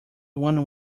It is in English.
one